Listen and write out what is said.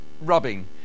rubbing